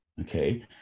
okay